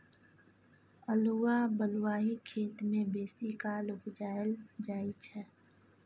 अल्हुआ बलुआही खेत मे बेसीकाल उपजाएल जाइ छै